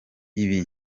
ibi